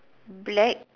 black